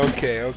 Okay